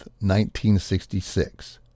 1966